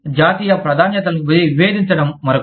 జాతీయ ప్రాధాన్యతలను విభేదించడం మరొకటి